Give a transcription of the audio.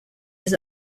his